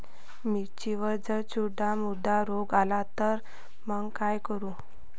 मिर्चीवर जर चुर्डा मुर्डा रोग आला त मंग का करू?